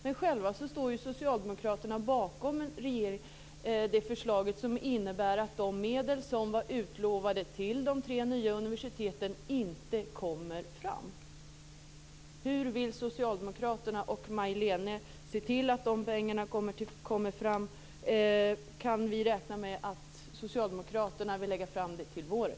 Men själva står Socialdemokraterna bakom det förslag som innebär att de medel som var utlovade till de tre nya universiteten inte kommer fram. Hur vill socialdemokraterna och Majléne Westerlund Panke se till att de pengarna kommer fram? Kan vi räkna med att socialdemokraterna vill lägga fram ett förslag till våren?